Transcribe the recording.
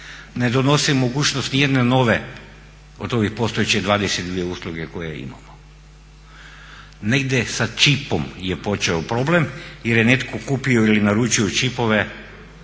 ne donosi mogućnost nijedne nove od ovih postojećih 22 usluge koje imamo. Negdje sa čipom je počeo problem jer je netko kupio ili naručio čipove